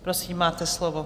Prosím, máte slovo.